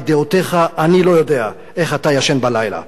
את דעותיך, אני לא יודע איך אתה ישן בלילה.